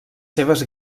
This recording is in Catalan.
seves